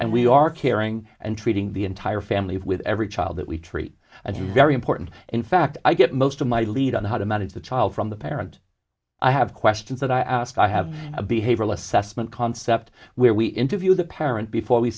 and we are caring and treating the entire family with every child that we treat and it's very important in fact i get most of my lead on how to manage the child from the parent i have questions that i asked i have a behavioral assessment concept where we interview the parent before we